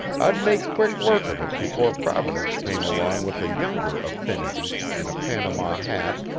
i'd make quick work of it before providence came along with a younger affinity in a panama hat,